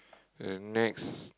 the next